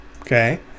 Okay